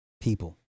people